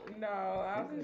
No